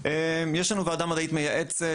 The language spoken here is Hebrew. יש לנו ועדה מדעית מייעצת,